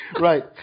Right